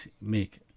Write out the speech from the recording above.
make